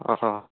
অঁ